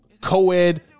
Co-ed